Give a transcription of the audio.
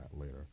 later